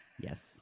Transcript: Yes